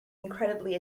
incredibly